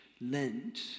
Lent